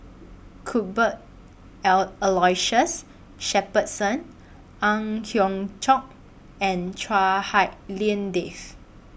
Cuthbert Shepherdson Ang Hiong Chiok and Chua Hak Lien Dave